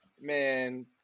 Man